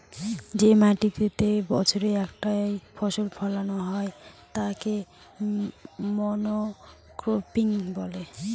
যে মাটিতেতে বছরে একটাই ফসল ফোলানো হয় তাকে মনোক্রপিং বলে